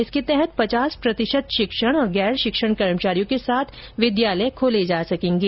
इसके तहत पचास प्रतिशत शिक्षण और गैर शिक्षण कर्मचारियों के साथ विद्यालय खोले जा सकेंगे